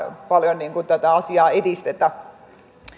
paljon tätä asiaa edistetä